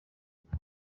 koko